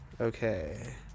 Okay